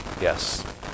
Yes